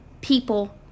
people